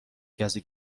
کسی